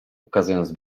ukazując